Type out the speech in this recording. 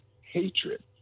hatred